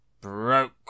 broke